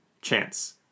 Chance